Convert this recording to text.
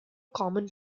common